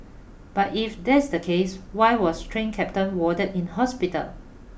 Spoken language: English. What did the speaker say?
but if that's the case why was train captain warded in hospital